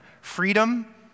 freedom